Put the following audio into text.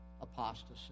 apostasy